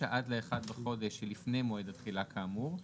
עד ה-1 בחודש שלפני מועד התחילה כאמור,